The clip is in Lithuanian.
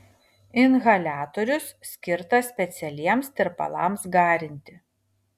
inhaliatorius skirtas specialiems tirpalams garinti